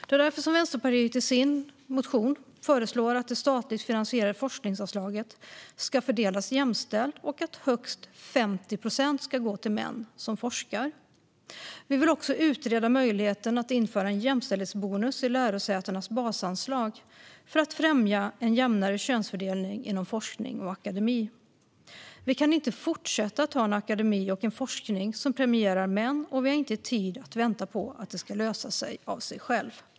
Det är därför Vänsterpartiet i sin motion föreslår att det statligt finansierade forskningsanslaget ska fördelas jämställt och att högst 50 procent ska gå till män som forskar. Vi vill också utreda möjligheten att införa en jämställdhetsbonus i lärosätenas basanslag för att främja en jämnare könsfördelning inom forskning och akademi. Vi kan inte fortsätta att ha en akademi och en forskning som premierar män, och vi har inte tid att vänta på att det ska lösa sig av sig självt.